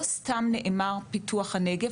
לא סתם נאמר "פיתוח הנגב",